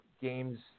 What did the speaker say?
games